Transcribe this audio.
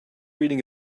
reading